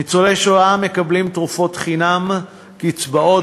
ניצולי שואה מקבלים תרופות חינם וקצבאות